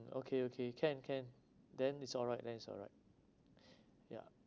okay okay can can then it's alright then it's alright ya